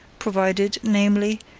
provided, namely,